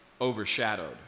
overshadowed